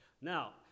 Now